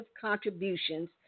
contributions